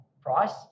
price